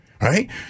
right